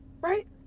Right